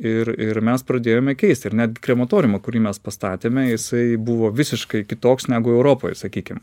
ir ir mes pradėjome keisti ir netgi krematoriumą kurį mes pastatėme jisai buvo visiškai kitoks negu europoj sakykim